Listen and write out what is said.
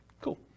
cool